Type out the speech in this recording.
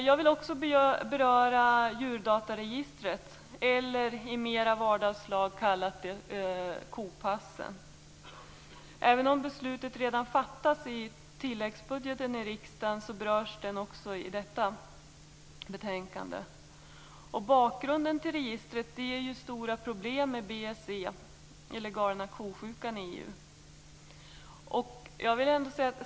Jag vill också beröra djurdataregistret, i vardagslag kallat kopassen. Även om beslutet redan fattades i samband med tilläggsbudgeten berörs frågan också i detta betänkande. Bakgrunden till registret är stora problem med BSE eller galna ko-sjukan i EU.